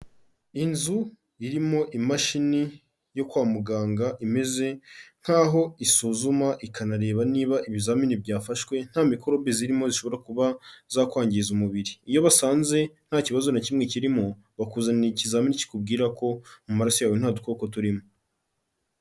Inzu irimo imashini yo kwa muganga imeze nkaho isuzuma, ikanareba niba ibizamini byafashwe nta mikorobe zirimo zishobora kuba zakwangiza umubiri, iyo basanze nta kibazo na kimwe kirimo bakuzanira ikizamini kikubwira ko mu maraso yawe nta dukoko turimo.